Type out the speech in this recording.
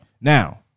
Now